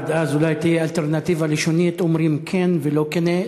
עד אז אולי תהיה אלטרנטיבה לשונית: אומרים "כן" ולא "כנה".